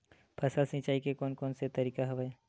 फसल सिंचाई के कोन कोन से तरीका हवय?